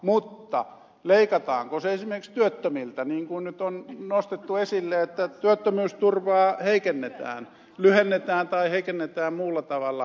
mutta leikataanko se esimerkiksi työttömiltä niin kuin nyt on nostettu esille että työttömyysturvaa heikennetään lyhennetään tai heikennetään muulla tavalla